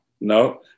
no